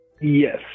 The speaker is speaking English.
Yes